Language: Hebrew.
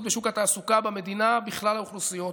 בשוק התעסוקה במדינה בכלל האוכלוסיות,